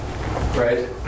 right